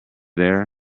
there